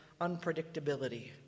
unpredictability